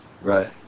Right